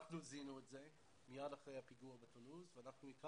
אנחנו זיהינו את זה מיד אחרי הפיגוע בטולוז והקמנו,